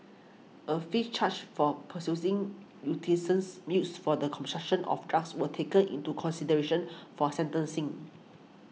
a fifth charge for possessing U T since used for the consumption of drugs were taken into consideration for sentencing